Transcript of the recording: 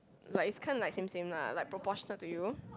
like it's kind of like same same lah like proportionate to you